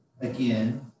again